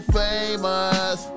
famous